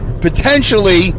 potentially